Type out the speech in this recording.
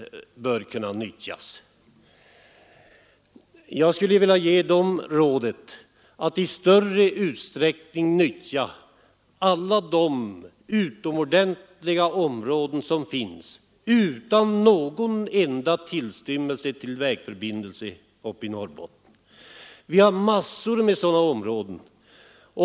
Jag skulle vilja ge dessa naturvårdsintresserade rådet att i större utsträckning nyttja alla de utomordentliga områden i Norrbotten där det inte finns tillstymmelse till vägförbindelse. Vi har massor med sådana områden.